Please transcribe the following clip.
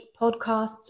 podcasts